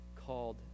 called